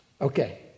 Okay